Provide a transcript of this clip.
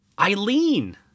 Eileen